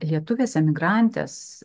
lietuvės emigrantės